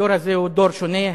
הדור הזה הוא דור שונה.